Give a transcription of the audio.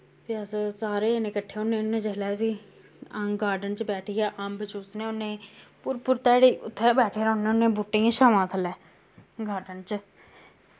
फ्ही अस सारे जने किट्ठे होने होने जिसलै ते फ्ही गार्डन च बैठियै अम्ब चूसने होने पूरी पूरी धैड़ी उत्थै बैठे रोह्ने होने बूह्टें दी शावां थल्लै गार्डन च